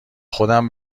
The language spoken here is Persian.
خودم